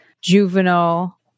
juvenile